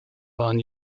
waren